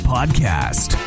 Podcast